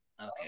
okay